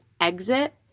Exit